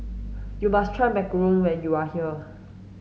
you must try macarons when you are here